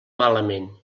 malament